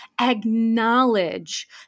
acknowledge